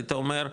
היית אומר,